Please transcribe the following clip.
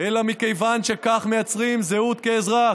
אלא מכיוון שכך מייצרים זהות כאזרח.